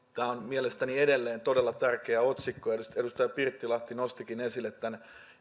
on mielestäni edelleen todella tärkeä otsikko edustaja edustaja pirttilahti nostikin esille tämän